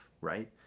right